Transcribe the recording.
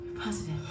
Positive